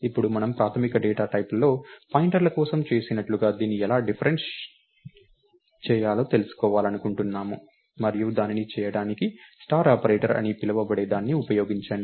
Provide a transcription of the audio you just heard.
ఇప్పుడు మనము ప్రాథమిక డేటా టైప్లలో పాయింటర్ల కోసం చేసినట్లుగా దీన్ని ఎలా డిరిఫరెన్స్ చేయాలో తెలుసుకోవాలనుకుంటున్నాము మరియు దానిని చేయడానికి స్టార్ ఆపరేటర్ అని పిలవబడేదాన్ని ఉపయోగించండి